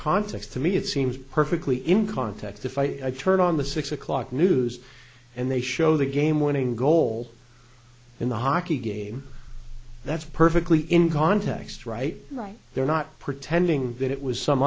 context to me it seems perfectly in context if i turn on the six o'clock news and they show the game winning goal in the hockey game that's perfectly in context right right they're not pretending that it was some